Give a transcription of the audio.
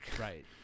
Right